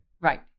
right